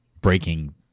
breaking